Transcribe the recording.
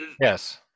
yes